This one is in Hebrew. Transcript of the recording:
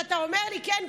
זה שאתה אומר לי כן,